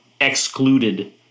excluded